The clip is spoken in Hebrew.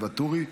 באיזו ועדה?